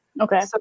Okay